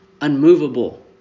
unmovable